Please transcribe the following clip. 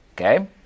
Okay